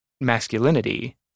masculinity